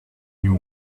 you